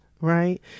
Right